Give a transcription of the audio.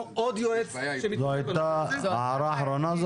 עוד יועץ שיוכל -- זו הייתה ההערה האחרונה,